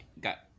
got